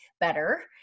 better